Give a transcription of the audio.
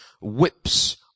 whips